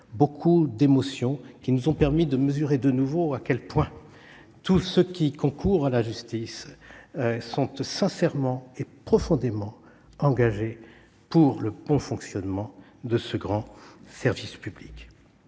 beaucoup d'émotion, ce qui nous a permis de mesurer de nouveau à quel point tous ceux qui concourent à la justice sont sincèrement et profondément engagés pour le bon fonctionnement de ce grand service public.